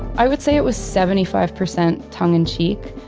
i would say it was seventy five percent tongue in cheek,